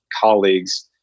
colleagues